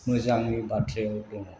मोजांनि बाथ्रायाव दङ